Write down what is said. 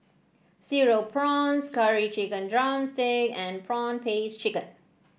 Cereal Prawns Curry Chicken drumstick and prawn paste chicken